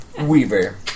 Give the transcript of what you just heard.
Weaver